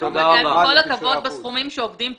עם כל הכבוד, הסכומים שעוברים כאן,